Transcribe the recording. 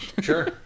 Sure